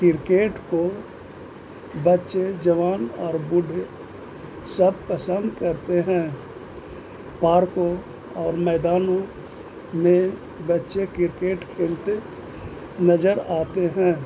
cricket کو بچے جوان اور بوڑھے سب پسند کرتے ہیں پارکوں اور میدانوں میں بچے کرکٹ کھیلتے نظر آتے ہیں